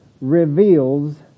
reveals